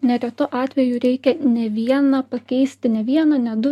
neretu atveju reikia ne vieną pakeisti ne vieną ne du